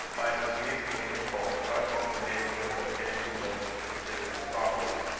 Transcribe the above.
by an unreasoning impulse, rushed to the neighbourhood of him who was considered the strongest.